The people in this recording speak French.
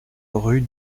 rue